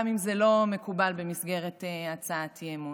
גם אם זה לא מקובל במסגרת הצעת אי-אמון.